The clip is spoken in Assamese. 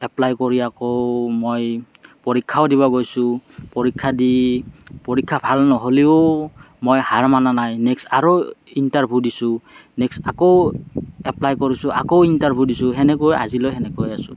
এপ্লাই কৰি আকৌ মই পৰীক্ষাও দিব গৈছোঁ পৰীক্ষা দি পৰীক্ষা ভাল নহ'লেও মই হাৰ মনা নাই নেক্সট আৰু ইণ্টাৰভউ দিছোঁ নেক্সট আকৌ এপ্লাই কৰিছোঁ আকৌ ইণ্টাৰভউ দিছোঁ সেনেকৈ আজিলৈ সেনেকৈ আছোঁ